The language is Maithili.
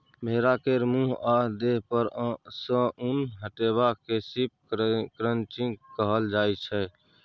भेड़ा केर मुँह आ देह पर सँ उन हटेबा केँ शिप क्रंचिंग कहल जाइ छै